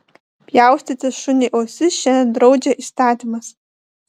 pjaustyti šuniui ausis šiandien draudžia įstatymas